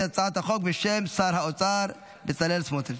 הצעת החוק בשם שר האוצר בצלאל סמוטריץ'.